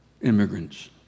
immigrants